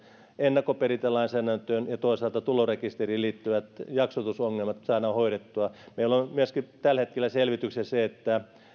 ennakkoperintälainsäädäntöön ja toisaalta tulorekisteriin liittyvät jaksotusongelmat saadaan hoidettua meillä on myöskin tällä hetkellä selvityksessä se